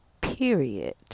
Period